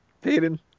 Peyton